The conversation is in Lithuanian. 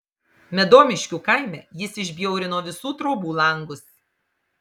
medomiškių kaime jis išbjaurino visų trobų langus